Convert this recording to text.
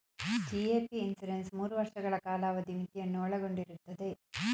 GAP insurance ಮೂರು ವರ್ಷಗಳ ಕಾಲಾವಧಿ ಮಿತಿಯನ್ನು ಒಳಗೊಂಡಿರುತ್ತದೆ